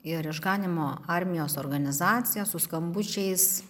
ir išganymo armijos organizacija su skambučiais